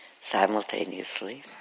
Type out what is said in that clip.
simultaneously